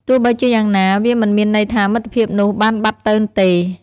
ទោះបីជាយ៉ាងណា វាមិនមានន័យថាមិត្តភាពនោះបានបាត់ទៅទេ។